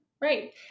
Right